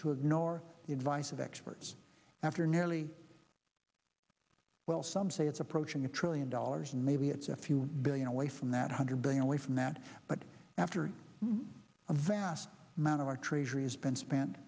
to ignore the advice of experts after nearly well some say it's approaching a trillion dollars and maybe it's a few billion away from that hundred billion only from that but after a vast amount of our treasury has been spent